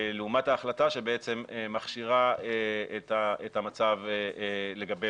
לעומת ההחלטה שבעצם מכשירה את המצב לגבי